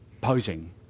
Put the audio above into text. posing